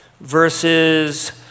verses